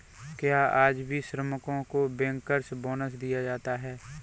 क्या आज भी श्रमिकों को बैंकर्स बोनस दिया जाता है?